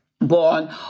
born